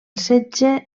setge